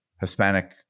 Hispanic